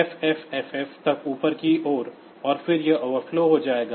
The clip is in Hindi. FFFF तक ऊपर की ओर और फिर यह ओवरफ्लो हो जाएगा